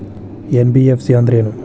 NBFC ಅಂದ್ರೇನು?